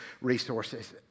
resources